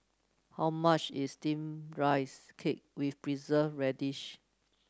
how much is steamed Rice Cake with Preserved Radish